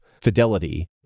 fidelity